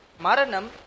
maranam